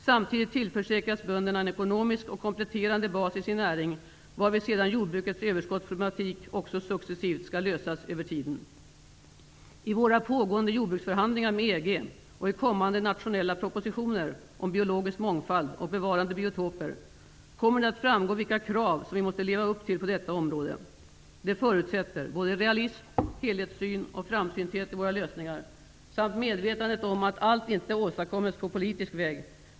Samtidigt tillförsäkras bönderna en ekonomisk och kompletterande bas i sin näring, varvid jordbrukets överskottsproblematik också successivt skall lösas över tiden. I våra pågående jordbruksförhandlingar med EG och i kommande nationella propositioner om biologisk mångfald och bevarade biotoper kommer det att framgå vilka krav som vi måste leva upp till på detta område. Det förutsätter både realism, helhetssyn och framsynthet i våra lösningar, samt medvetandet om att allt inte åstadkommes på politisk väg.